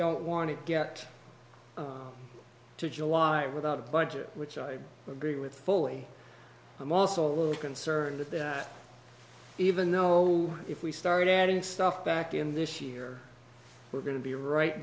don't want to get to july without a budget which i agree with fully i'm also a little concerned that that even know if we start adding stuff back in this year we're going to be right